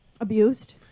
abused